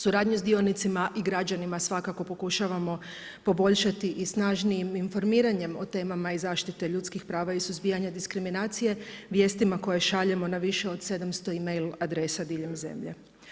Suradnju sa dionicima i građanima svakako pokušavamo poboljšati i snažnijim informiranjem o temama i zaštite ljudskih prava i suzbijanja diskriminacije, vijestima koje šaljemo na više od 700 email adresa diljem zemlje.